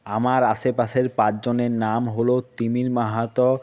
আমার আশেপাশের পাঁচজনের নাম হলো তিমির মাহাতো